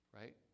Right